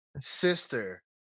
Sister